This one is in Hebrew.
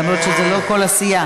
למרות שזה לא כל הסיעה.